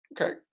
Okay